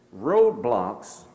Roadblocks